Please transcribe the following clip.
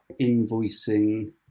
invoicing